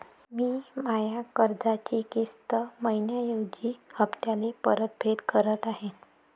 मी माया कर्जाची किस्त मइन्याऐवजी हप्त्याले परतफेड करत आहे